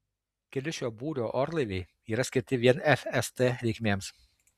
keli šio būrio orlaiviai yra skirti vien fst reikmėms